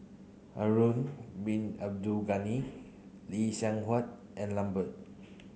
Harun Bin Abdul Ghani Lee Seng Huat and Lambert